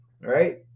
right